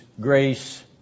grace